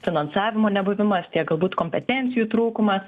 finansavimo nebuvimas tiek galbūt kompetencijų trūkumas